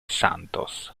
santos